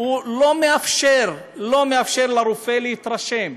לא מאפשר לרופא להתרשם.